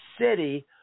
city